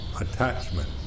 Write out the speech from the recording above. attachment